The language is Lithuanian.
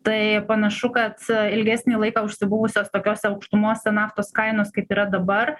tai panašu kad ilgesnį laiką užsibuvusios tokiose aukštumose naftos kainos kaip yra dabar